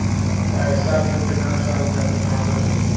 पैसा के कितना साल खातिर जमा करे के होइ?